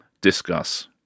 Discuss